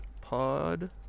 pod